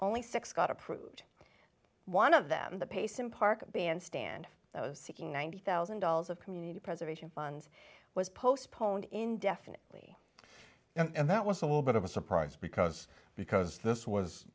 only six got approved one of them the pace in park bandstand those seeking ninety thousand dollars of community preservation funds was postponed indefinitely and that was a little bit of a surprise because because this was